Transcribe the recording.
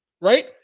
right